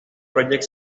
project